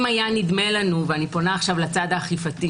אם היה נדמה לנו ואני פונה לצד האכיפתי